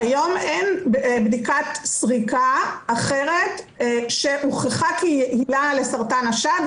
היום אין בדיקת סריקה אחרת שהוכחה כיעילה לסרטן השד,